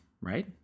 right